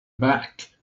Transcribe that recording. back